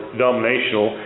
dominational